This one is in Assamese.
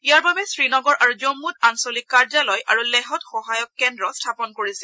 ইয়াৰ বাবে শ্ৰীনগৰ আৰু জম্মত আঞ্চলিক কাৰ্যালয় আৰু লেহত সহায়ক কেন্দ্ৰ স্থাপন কৰা হৈছে